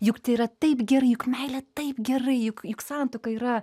juk tai yra taip gerai juk meilė taip gerai juk juk santuoka yra